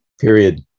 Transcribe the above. Period